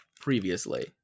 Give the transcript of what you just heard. previously